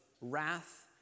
wrath